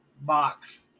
box